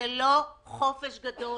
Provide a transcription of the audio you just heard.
לא על חופש גדול.